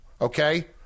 okay